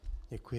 Děkuji.